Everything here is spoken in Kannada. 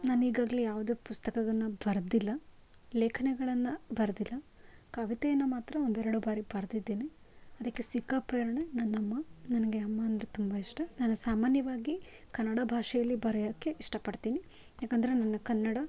ನಾನೀಗಾಗಲೇ ಯಾವುದೇ ಪುಸ್ತಕವನ್ನ ಬರೆದಿಲ್ಲ ಲೇಖನಗಳನ್ನು ಬರ್ದಿಲ್ಲ ಕವಿತೆಯನ್ನು ಮಾತ್ರ ಒಂದೆರೆಡು ಬಾರಿ ಬರ್ದಿದ್ದೀನಿ ಅದಕ್ಕೆ ಸಿಕ್ಕ ಪ್ರೇರಣೆ ನನ್ನ ಅಮ್ಮ ನನಗೆ ಅಮ್ಮ ಅಂದರೆ ತುಂಬ ಇಷ್ಟ ನಾನು ಸಾಮಾನ್ಯವಾಗಿ ಕನ್ನಡ ಭಾಷೇಲಿ ಬರೆಯೋಕ್ಕೆ ಇಷ್ಟಪಡ್ತೀನಿ ಯಾಕಂದರೆ ನನ್ನ ಕನ್ನಡ